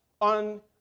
On